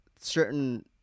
certain